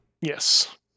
Yes